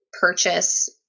purchase